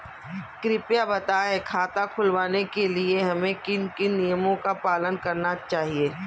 कृपया बताएँ खाता खुलवाने के लिए हमें किन किन नियमों का पालन करना चाहिए?